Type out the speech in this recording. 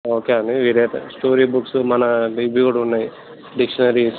okay అండి వీళ్ళ story books మన ఇవి కూడా ఉన్నాయి డిక్షనరీ